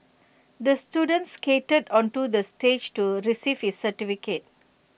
the student skated onto the stage to receive his certificate